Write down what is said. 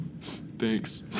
Thanks